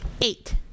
Eight